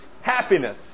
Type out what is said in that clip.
happiness